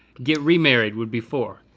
get remarried would be four.